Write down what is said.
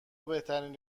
بهترین